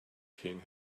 king